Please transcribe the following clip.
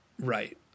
Right